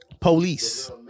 Police